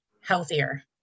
healthier